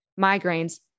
migraines